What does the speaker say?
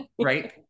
right